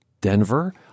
Denver